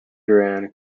duran